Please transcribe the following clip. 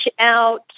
out